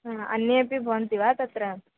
हा अन्येपि भवन्ति वा तत्र